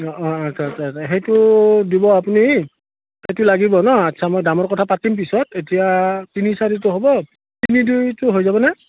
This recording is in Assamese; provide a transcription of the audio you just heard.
অঁ অঁ আচ্ছা আচ্ছা আচ্ছা সেইটো দিব আপুনি সেইটো লাগিব ন আচ্ছা মই দামৰ কথা পাতিম পিছত এতিয়া তিনি চাৰিটো হ'ব তিনি দুইটো হৈ যাবনে